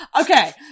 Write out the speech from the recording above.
Okay